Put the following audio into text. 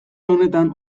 honetan